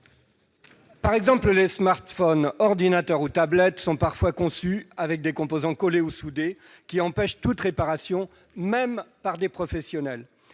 Par exemple, les smartphones, ordinateurs ou tablettes numériques sont parfois conçus avec des composants collés ou soudés, ce qui empêche toute réparation, même par des professionnels.